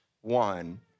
one